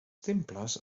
temples